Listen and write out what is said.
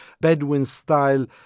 Bedouin-style